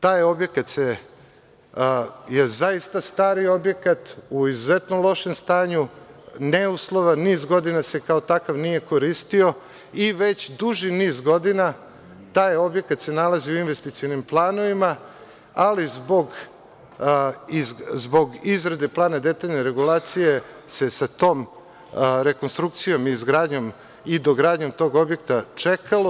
Taj objekat je zaista stari objekat, u izuzetno lošem stanju, neuslovan, niz godina se kao takav nije koristio i već duži niz godina taj objekat se nalazi u investicionim planovima, ali zbog izrade plana detaljne regulacije se sa tom rekonstrukcijom, izgradnjom i dogradnjom tog objekta čekalo.